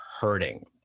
hurting